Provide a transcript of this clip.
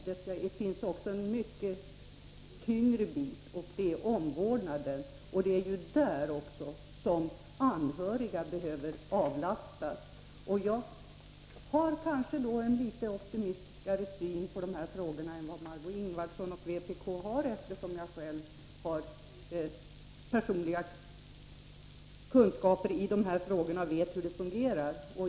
Det finns emellertid också en mycket tyngre del, nämligen omvårdnaden, och det är där som anhöriga behöver avlastas. Jag har kanske en litet mera optimistisk syn på dessa frågor än Margö Ingvardsson och vpk, eftersom jag själv har personliga kunskaper om dem och vet hur det fungerar.